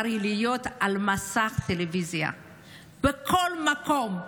צריכה להיות על מסך הטלוויזיה בכל מקום,